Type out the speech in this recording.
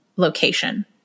location